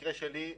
מהמקרה שלי,